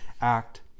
act